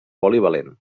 polivalent